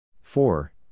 Four